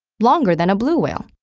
longer than a blue whale.